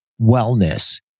wellness